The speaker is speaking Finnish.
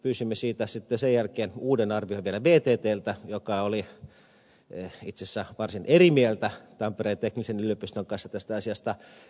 pyysimme siitä sitten sen jälkeen uuden arvion vielä vttltä joka oli itse asiassa varsin eri mieltä tampereen teknillisen yliopiston kanssa tästä asiasta